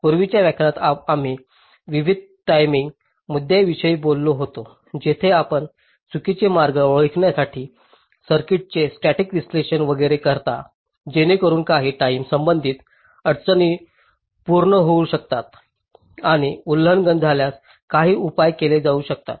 पूर्वीच्या व्याख्यानात आम्ही विविध टायमिंग मुद्द्यांविषयी बोललो होतो जेथे आपण चुकीचे मार्ग ओळखण्यासाठी सर्किटचे स्टॅटिक विश्लेषण वगैरे करता जेणेकरुन काही टाईम संबंधित अडचणी पूर्ण होऊ शकतात आणि उल्लंघन झाल्यास काही उपाय केले जाऊ शकतात